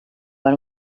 one